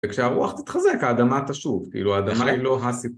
וכשהרוח זה תתחזק, האדמה תשוב, כאילו האדמה היא לא הסיפור.